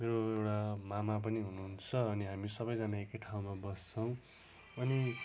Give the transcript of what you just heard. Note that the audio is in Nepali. मेरो एउटा मामा पनि हुनुहुन्छ अनि हामी सबैजना एकै ठाउँमा बस्छौँ अनि